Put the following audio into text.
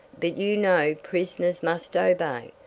but you know prisoners must obey.